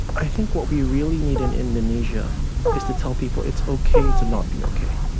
i think what we really need in indonesia is to tell people it's okay to not be okay.